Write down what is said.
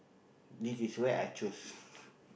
this is where I choose